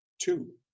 two